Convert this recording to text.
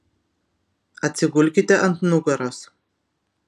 atsigulkite ant nugaros